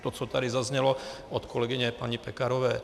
To, co tady zaznělo od kolegyně paní Pekarové.